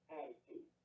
attitude